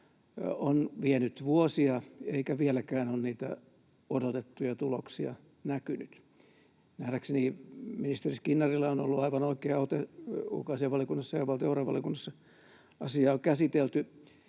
on vienyt vuosia, eikä vieläkään ole niitä odotettuja tuloksia näkynyt. Nähdäkseni ministeri Skinnarilla on ollut aivan oikea ote, ja ulkoasiainvaliokunnassa ja